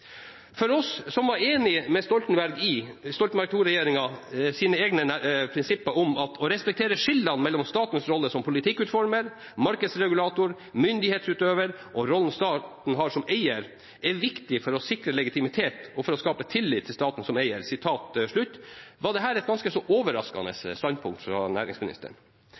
For oss som var enig i Stoltenberg II- regjeringens egne prinsipper, at det å respektere skillene mellom statens rolle som politikkutformer, markedsregulator, myndighetsutøver og rollen staten har som eier, er viktig for å sikre legitimitet og for å skape tillit til staten som eier, var dette et ganske så overraskende standpunkt fra næringsministeren.